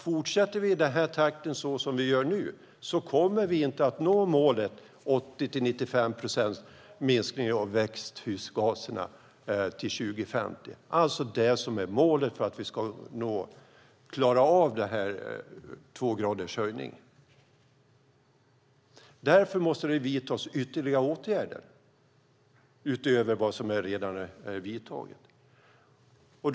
Fortsätter vi i den här takten kommer vi inte att nå målet 80-95 procents minskning av växthusgaserna till 2050, alltså det som är målet för att vi ska klara av 2 graders höjning. Därför måste det vidtas ytterligare åtgärder utöver vad som redan har vidtagits.